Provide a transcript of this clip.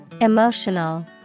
Emotional